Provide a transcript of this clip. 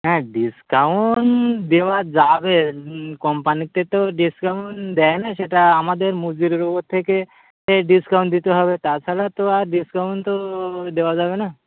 হ্যাঁ ডিসকাউন্ট দেওয়া যাবে কোম্পানিতে তো ডিসকাউন্ট দেয় না সেটা আমাদের মজুরির ওপর থেকে ডিসকাউন্ট দিতে হবে তাছাড়া তো আর ডিসকাউন্ট তো দেওয়া যাবে না